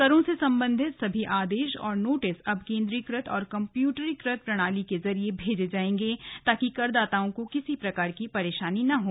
करों से संबंधित सभी आदेश और नोटिस अब केंद्रीकृत और कम्यूकटरीकृत प्रणाली के जरिये भेजा जाएंगे ताकि करदाताओं को किसी तरह की परेशानी न हो